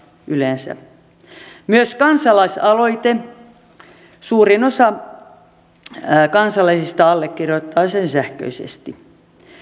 yleensä verkkopankkitunnuksia myös kansalais aloite on sellainen että suurin osa kansalaisista allekirjoittaa sen sähköisesti